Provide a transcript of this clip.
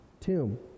tomb